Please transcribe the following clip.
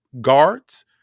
guards